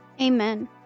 Amen